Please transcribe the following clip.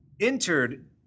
entered